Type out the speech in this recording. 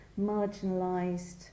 marginalised